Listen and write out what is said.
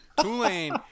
Tulane